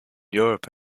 europe